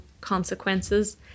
consequences